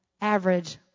average